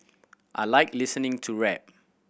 I like listening to rap